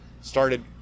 started